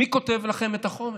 מי כותב לכם את החומר